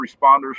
responders